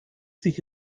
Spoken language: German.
sich